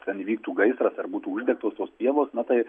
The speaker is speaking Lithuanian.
ten įvyktų gaisras ar būtų uždegtos tos pievos na tai